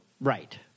right